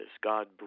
God